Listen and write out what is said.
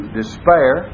despair